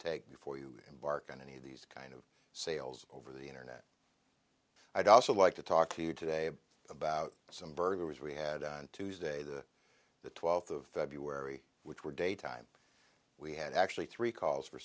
take before you embark on any of these kind of sales over the internet i'd also like to talk to you today about some burglaries we had on tuesday the twelfth of may be wary which were day time we had actually three calls for